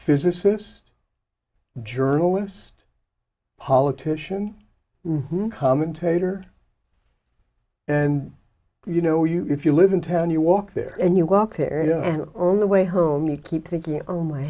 physicist journalist politician commentator and you know you if you live in town you walk there and you walk there on the way home you keep thinking oh my